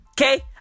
Okay